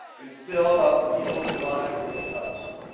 it's still about the people whose lives we have touched.